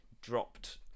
dropped